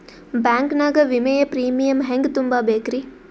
Bank ನಾಗ ವಿಮೆಯ premium ಹೆಂಗ್ ತುಂಬಾ ಬೇಕ್ರಿ?